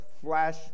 flash